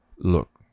Look